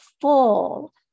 full